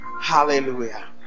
Hallelujah